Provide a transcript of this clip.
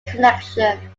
connection